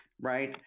Right